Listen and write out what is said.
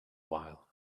while